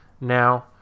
now